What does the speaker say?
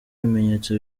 bimenyetso